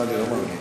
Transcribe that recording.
לא, אני לא מאמין.